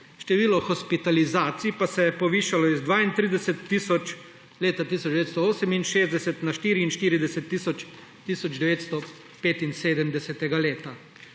Število hospitalizacij pa se je povišalo z 32 tisoč leta 1968 na 44 tisoč 1975. leta.